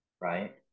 right